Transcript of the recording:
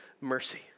mercy